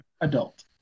adult